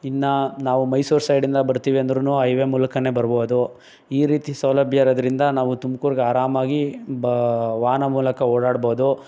ಇನ್ನು ನಾವು ಮೈಸೂರು ಸೈಡಿಂದ ಬರ್ತೀವಿ ಅಂದ್ರು ಐವೇ ಮೂಲಕವೇ ಬರ್ಬೋದು ಈ ರೀತಿ ಸೌಲಭ್ಯ ಇರೋದರಿಂದ ನಾವು ತುಮ್ಕೂರ್ಗೆ ಆರಾಮಾಗಿ ಬ ವಾಹನ ಮೂಲಕ ಓಡಾಡ್ಬೋದು